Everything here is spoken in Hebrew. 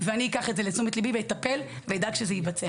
ואני אקח את זה לתשומת ליבי ואטפל ואדאג שזה יתבצע.